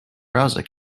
browser